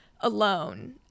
alone